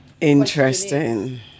Interesting